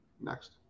Next